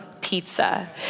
pizza